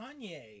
Kanye